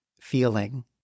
feeling